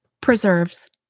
preserves